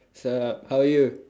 sup how are you